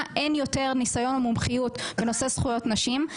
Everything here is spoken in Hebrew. אין יותר ניסיון או מומחיות בנושא זכויות נשים.